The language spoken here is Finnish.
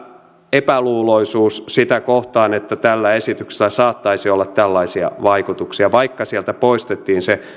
epäluuloisuus sitä kohtaan että tällä esityksellä saattaisi olla tällaisia vaikutuksia vaikka sieltä poistettiin se